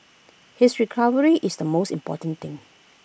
his recovery is the most important thing